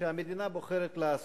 שהמדינה בוחרת לעשות.